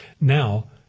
Now